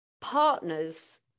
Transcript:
partners